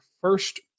first